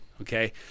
Okay